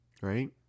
Right